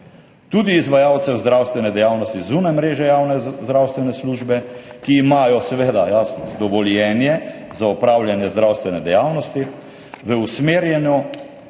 tudi izvajalcev zdravstvene dejavnosti zunaj mreže javne zdravstvene službe, ki imajo seveda, jasno, dovoljenje za opravljanje zdravstvene dejavnosti v usmerjeno